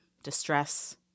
distress